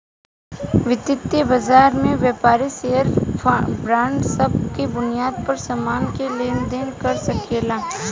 वितीय बाजार में व्यापारी शेयर बांड सब के बुनियाद पर सामान के लेन देन कर सकेला